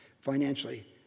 financially